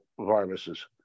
viruses